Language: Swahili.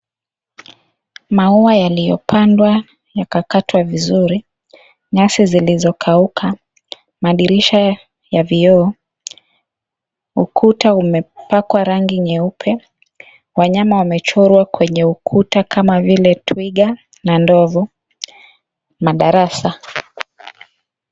Maua yaliyopandwa yakakatwa vizuri, nyasi zilizokauka, madirisha ya vioo. Ukuta umepakwa rangi nyeupe. Wanyama wamechorwa kwenye ukuta kama vile Twiga na Ndovu na darasa.